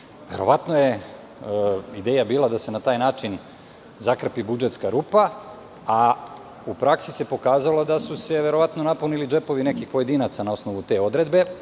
Verovatno je ideja bila da se na taj način zakrpi budžetska rupa, a u praksi se pokazalo da su se verovatno napunili džepovi nekih pojedinaca na osnovu te